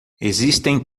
existem